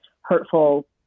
hurtful